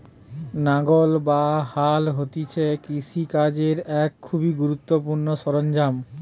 লাঙ্গল বা হাল হতিছে কৃষি কাজের এক খুবই গুরুত্বপূর্ণ সরঞ্জাম